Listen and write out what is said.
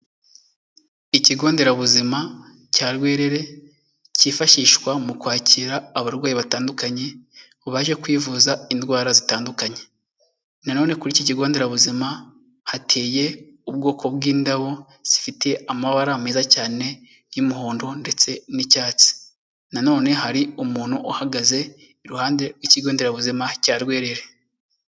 Ikigo nderabuzima cya Rwerere, cyifashishwa mu kwakira abarwayi batandukanye baje kwivuza indwara zitandukanye, nanone kuri iki kigo nderabuzima hateye ubwoko bw'indabo zifite amabara meza cyane y'umuhondo ndetse n'icyatsi, nanone hari umuntu uhagaze iruhande rw'ikigo nderabuzima cya Rwerere.